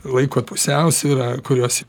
laiko pusiausvyrą kurios